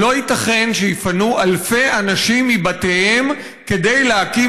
לא ייתכן שיפנו אלפי אנשים מבתיהם כדי להקים